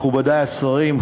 מכובדי השרים,